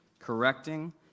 correcting